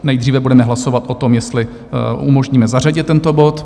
Nejdříve budeme hlasovat o tom, jestli umožníme zařadit tento bod.